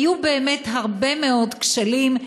היו באמת הרבה מאוד כשלים.